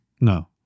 No